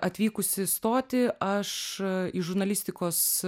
atvykusi stoti aš į žurnalistikos